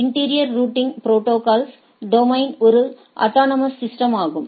interior routing ப்ரோடோகால்ஸ்களின் டொமைனும் ஒரு அட்டானமஸ் சிஸ்டம்ஆகும்